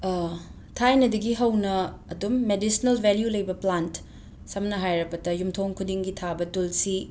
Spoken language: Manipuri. ꯊꯥꯏꯅꯗꯒꯤ ꯍꯧꯅ ꯑꯗꯨꯝ ꯃꯦꯗꯤꯁꯅꯦꯜ ꯕꯦꯂ꯭ꯌꯨ ꯂꯩꯕ ꯄ꯭ꯂꯥꯟꯠ ꯁꯝꯅ ꯍꯥꯏꯔꯕꯗ ꯌꯨꯝꯊꯣꯡ ꯈꯨꯗꯤꯡꯒꯤ ꯊꯥꯕ ꯇꯨꯜꯁꯤ